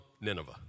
Nineveh